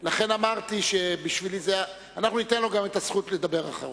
אנחנו ניתן לו את הזכות לדבר אחרון.